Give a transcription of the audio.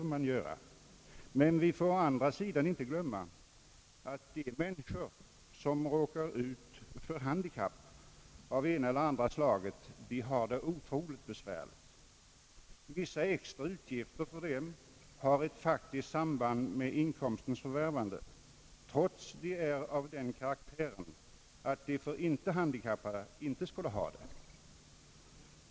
Men vi får å andra sidan inte glömma att de människor som råkar ut för handikapp av ena eller andra slaget ofta har det otroligt besvärligt. Vissa extra utgifter för dem har ett faktiskt samband med inkomstens förvärvande, trots att utgifterna är av den karaktären att de för icke handikappade inte skulle ha det.